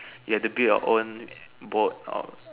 you have to build your own boat or